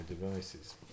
devices